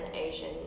Asian